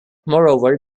moreover